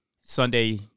Sunday